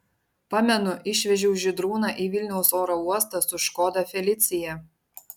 pamenu išvežiau žydrūną į vilniaus oro uostą su škoda felicia